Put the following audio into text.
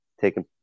taking